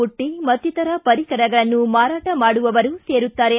ಬುಟ್ಟಿ ಮತ್ತಿತರ ಪರಿಕರಗಳನ್ನು ಮಾರಾಟ ಮಾಡುವವರು ಸೇರುತ್ತಾರೆ